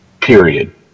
period